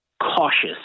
cautious